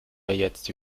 jetzt